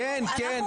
כן, כן, כן.